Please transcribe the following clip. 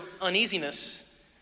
uneasiness